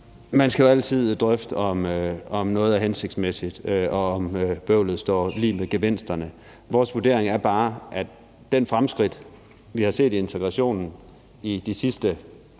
Man skal jo altid drøfte, om noget er hensigtsmæssigt, og om bøvlet står mål med gevinsterne. Vores vurdering er bare i forhold til det fremskridt, vi har set i integrationen i de sidste